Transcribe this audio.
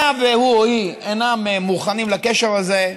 היה והוא או היא אינם מוכנים לקשר הזה,